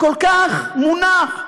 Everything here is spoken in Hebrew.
כל כך מונח.